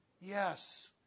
Yes